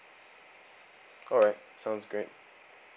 alright sounds great